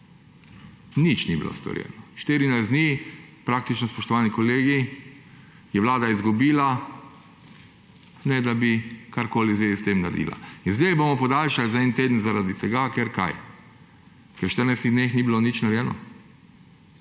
Nič ni bilo storjeno. 14 dni praktično, spoštovani kolegi, je Vlada izgubila, ne da bi karkoli v zvezi s tem naredila. In sedaj jo bomo podaljšali za eden teden zaradi tega, ker – kaj? Ker v 14 dneh ni bilo nič narejeno?